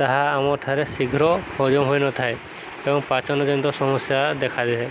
ତାହା ଆମଠାରେ ଶୀଘ୍ର ହଜମ ହୋଇନଥାଏ ଏବଂ ପାଚନ ଜନିତ ସମସ୍ୟା ଦେଖାଥାଏ